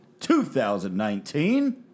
2019